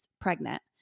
pregnant